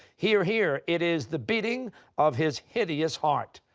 here, here, it is the beating of his hideous heart.